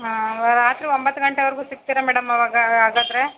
ಹಾಂ ರಾತ್ರಿ ಒಂಬತ್ತು ಗಂಟೆವರ್ಗೂ ಸಿಗ್ತೀರ ಮೇಡಮ್ ಅವಾಗ ಹಾಗಾದರೆ